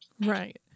Right